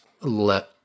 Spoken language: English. let